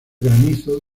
granizo